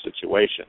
situation